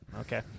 okay